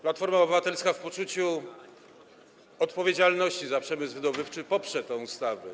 Platforma Obywatelska w poczuciu odpowiedzialności za przemysł wydobywczy poprze tę ustawę.